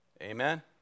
Amen